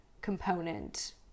component